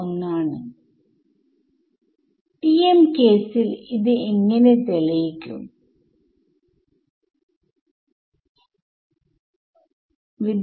3 ന്റെ ആദ്യത്തെ ടെർമ് എന്താണ് എന്നാണ് ഞാൻ ചോദിക്കുന്നത്3 ന്റെ LHSഇതിന് പകരം ഉള്ളത്